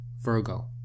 Virgo